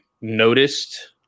noticed